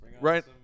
Right